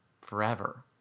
forever